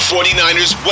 49ers